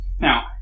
Now